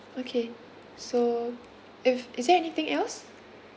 okay so if is there anything else